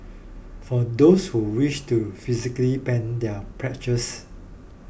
for those who wish to physically pen their pledges